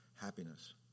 happiness